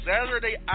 Saturday